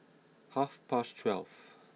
half past twelve